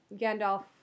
Gandalf